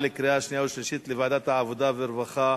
2011, לוועדת העבודה, הרווחה